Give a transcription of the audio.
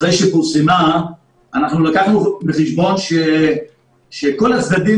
אחרי שפורסמה לקחנו בחשבון שכל הצדדים